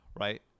Right